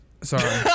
Sorry